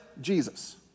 Jesus